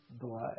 blood